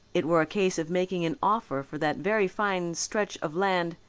it were a case of making an offer for that very fine stretch of land,